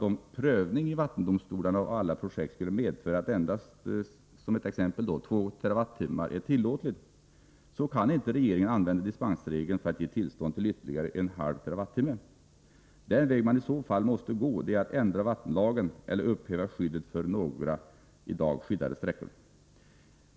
Om prövningen i vattendomstolarna av alla projekt skulle medföra att endast, som exempel, 2 TWh är tillåtligt, kan inte regeringen använda dispensregeln för att ge tillstånd till ytterligare 0,5 TWh. Den väg man i så fall måste gå är att ändra vattenlagen eller upphäva skyddet för några i dag skyddade sträckor.